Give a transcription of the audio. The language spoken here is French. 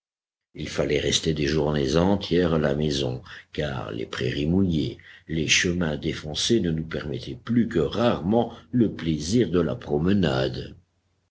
il fallait rester des journées entières à la maison car les prairies mouillées les chemins défoncés ne nous permettaient plus que rarement le plaisir de la promenade